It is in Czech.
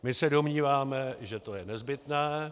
My se domníváme, že to je nezbytné.